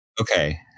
Okay